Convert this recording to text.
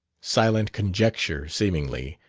silent conjecture, seemingly,